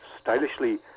stylishly